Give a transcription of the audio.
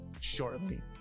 shortly